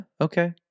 okay